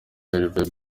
hervé